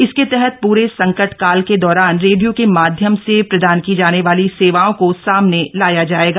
इसके तहत पूरे संकट काल के दौरान रेडियो के माध्यम से प्रदान की जाने वाली सेवाओं को सामने लाया जाएगा